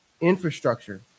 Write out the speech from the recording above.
infrastructure